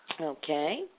Okay